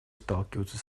сталкиваются